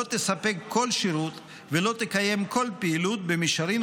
לא תספק כל שירות ולא תקיים כל פעילות במישרין